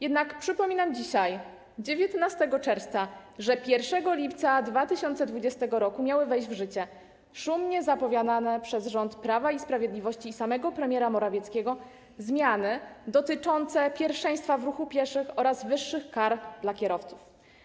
Jednak przypominam dzisiaj, 19 czerwca, że 1 lipca 2020 r. miały wejść w życie szumnie zapowiadane przez rząd Prawa i Sprawiedliwości i samego premiera Morawieckiego zmiany dotyczące pierwszeństwa w ruchu pieszych oraz wyższych kar dla kierowców.